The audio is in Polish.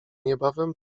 niebawem